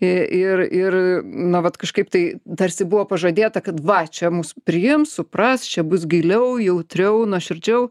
į ir ir na vat kažkaip tai tarsi buvo pažadėta kad va čia mus priims supras čia bus giliau jautriau nuoširdžiau